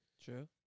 True